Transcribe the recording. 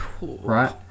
Right